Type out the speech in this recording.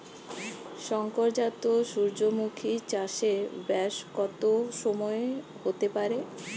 শংকর জাত সূর্যমুখী চাসে ব্যাস কত সময় হতে পারে?